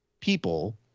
people